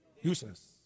Useless